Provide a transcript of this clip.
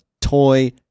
toy